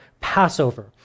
Passover